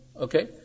Okay